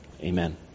Amen